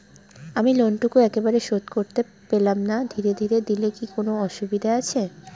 আমি লোনটুকু একবারে শোধ করতে পেলাম না ধীরে ধীরে দিলে কি অসুবিধে আছে?